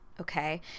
okay